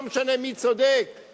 לא משנה מי צודק,